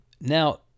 Now